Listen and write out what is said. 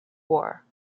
war